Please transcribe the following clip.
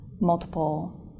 multiple